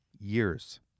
years